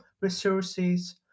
resources